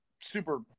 super